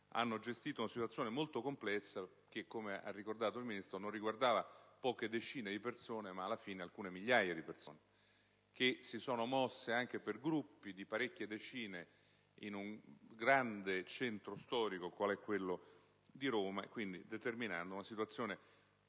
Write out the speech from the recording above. hanno gestito una situazione molto complessa. Come ha ricordato il Ministro, infatti, non si è trattato di poche decine di persone, ma di alcune migliaia di persone che si sono mosse anche per gruppi di parecchie decine, in un grande centro storico qual è quello di Roma, determinando una situazione